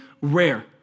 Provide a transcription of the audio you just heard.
rare